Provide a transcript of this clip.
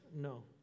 No